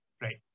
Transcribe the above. right